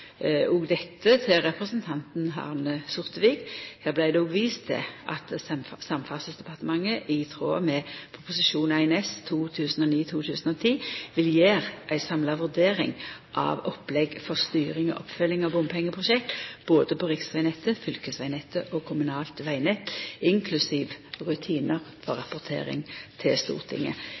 dette frå representanten Arne Sortevik. Her vart det òg vist til at Samferdselsdepartementet i tråd med Prop. 1 S for 2009–2010 vil gjera ei samla vurdering av opplegg for styring og oppfølging av bompengeprosjekt på både riksvegnettet, fylkesvegnettet og kommunalt vegnett, inklusive rutinar for rapportering til Stortinget.